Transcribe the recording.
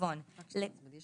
יש